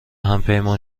همپیمان